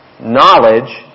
knowledge